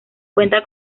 cuenta